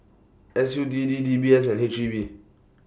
S U T D D B S and H G B